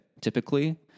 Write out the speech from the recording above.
typically